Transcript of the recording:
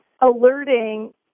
alerting